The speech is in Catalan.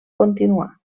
continuar